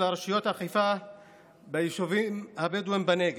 רשויות האכיפה ביישובים הבדואיים בנגב.